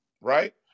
right